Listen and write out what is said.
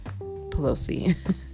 Pelosi